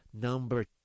number